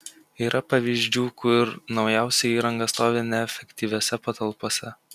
yra pavyzdžių kur naujausia įranga stovi neefektyviose patalpose